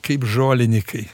kaip žolinikai